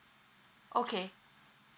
okay